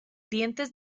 dientes